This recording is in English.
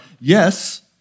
yes